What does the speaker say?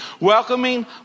welcoming